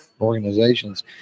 organizations